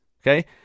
okay